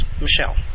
Michelle